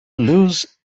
lose